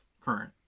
current